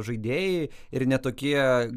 žaidėjai ir ne tokie